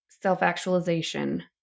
self-actualization